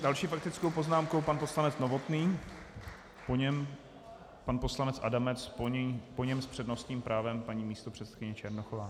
S další faktickou poznámkou pan poslanec Novotný, po něm pan poslanec Adamec, po něm s přednostním právem paní místopředsedkyně Černochová.